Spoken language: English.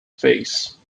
face